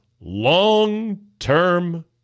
long-term